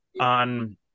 on